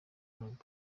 club